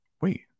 wait